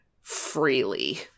freely